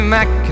Mac